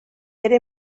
era